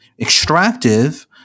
extractive